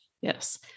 Yes